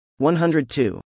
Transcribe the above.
102